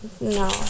No